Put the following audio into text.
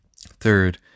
Third